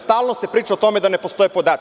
Stalno se priča o tome da ne postoje podaci.